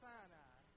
Sinai